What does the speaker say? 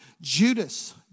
Judas